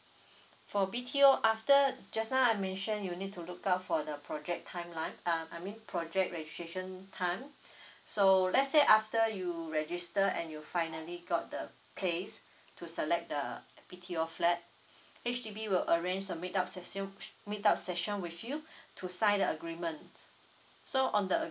for B_T_O after just now I mention you need to look out for the project timeline uh I mean project registration time so let's say after you register and you finally got the place to select the B_T_O flat H_D_B will arrange the meet up session meet up session with you to sign the agreement so on the ag~